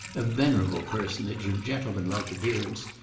a venerable personage, of gentlemanlike appearance,